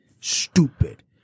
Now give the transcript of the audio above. Stupid